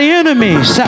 enemies